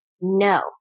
no